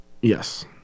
Yes